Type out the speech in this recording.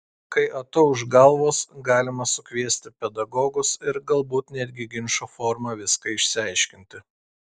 kai atauš galvos galima sukviesti pedagogus ir galbūt netgi ginčo forma viską išsiaiškinti